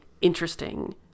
interesting